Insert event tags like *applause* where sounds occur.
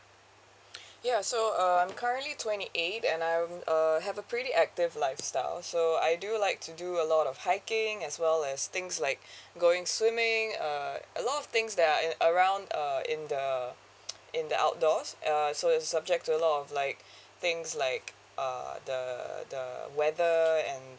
*noise* ya so uh I'm currently twenty eight and I'm err have a pretty active lifestyle so I do like to do a lot of hiking as well as things like going swimming uh a lot of things that I around uh in the *noise* in the outdoors err so it's subject to a lot of like things like uh the the weather and